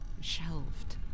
shelved